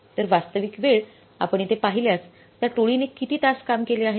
तर वास्तविक वेळ आपण येथे पाहिल्यास त्या टोळीने किती तास काम केले आहे